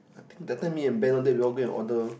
think that time me and Ben all that we all go and order